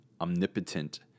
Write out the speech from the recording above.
omnipotent